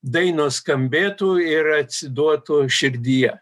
dainos skambėtų ir atsiduotų širdyje